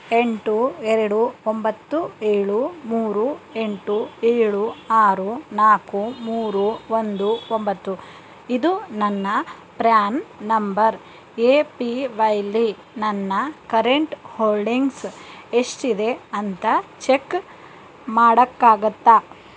ಎಂಟು ಎರಡು ಒಂಬತ್ತು ಏಳು ಮೂರು ಎಂಟು ಏಳು ಆರು ನಾಲ್ಕು ಮೂರು ಒಂದು ಒಂಬತ್ತು ಇದು ನನ್ನ ಪ್ರ್ಯಾನ್ ನಂಬರ್ ಎ ಪಿ ವೈಲಿ ನನ್ನ ಕರೆಂಟ್ ಹೋಲ್ಡಿಂಗ್ಸ್ ಎಷ್ಟಿದೆ ಅಂತ ಚೆಕ್ ಮಾಡೋಕ್ಕಾಗತ್ತಾ